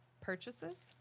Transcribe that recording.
purchases